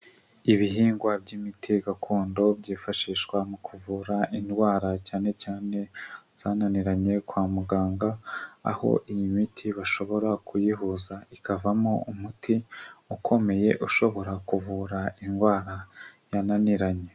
Ibihingwa by'imiti gakondo byifashishwa mu kuvura indwara cyane cyane zananiranye kwa muganga, aho iyi miti bashobora kuyihuza ikavamo umuti ukomeye ushobora kuvura indwara yananiranye.